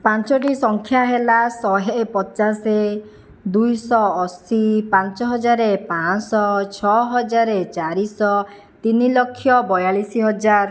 ପାଞ୍ଚଟି ସଂଖ୍ୟା ହେଲା ଶହେ ପଚାଶ ଦୁଇଶହ ଅଶୀ ପାଞ୍ଚ ହଜାର ପାଞ୍ଚଶହ ଛଅ ହଜାର ଚାରିଶହ ତିନି ଲକ୍ଷ ବୟାଲିଶି ହଜାର